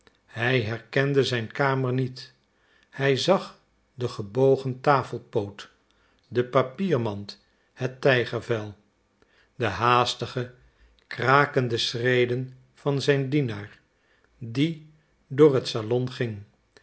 hij herkende zijn kamer niet hij zag den gebogen tafelpoot de papiermand het tijgervel de haastige krakende schreden van zijn dienaar die door het salon ging